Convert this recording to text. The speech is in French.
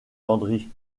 landry